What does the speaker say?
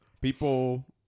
people